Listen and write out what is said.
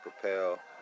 Propel